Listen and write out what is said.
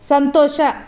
ಸಂತೋಷ